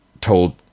told